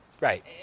Right